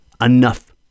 enough